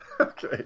Okay